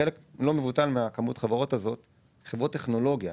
חלק לא מבוטל מהחברות האלו הן חברות טכנולוגיה,